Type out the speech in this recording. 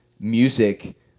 music